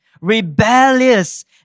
rebellious